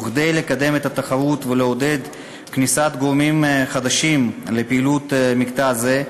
וכדי לקדם את התחרות ולעודד כניסת גורמים חדשים לפעילות במקטע זה,